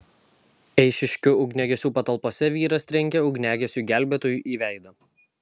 eišiškių ugniagesių patalpose vyras trenkė ugniagesiui gelbėtojui į veidą